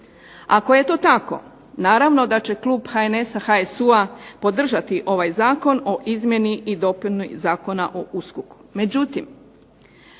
Ako je to tako naravno da će klub HNS-a, HSU-a podržati ovaj Zakon o izmjeni i dopuni Zakona o USKOK-u.